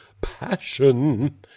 passion